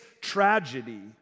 tragedy